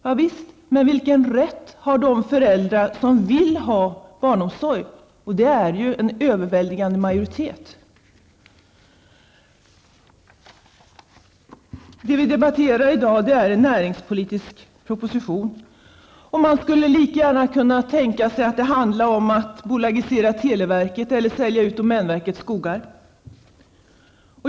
Javisst, men vilken rätt har de föräldrar som vill ha barnomsorg? De är ju en överväldigande majoritet. Det som vi debatterar i dag är en näringspolitisk proposition. Man skulle lika gärna kunna tänka sig att den handlade om att bolagisera televerket eller att sälja ut domänverkets skogar.